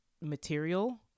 material